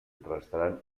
restaran